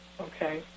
Okay